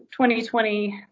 2020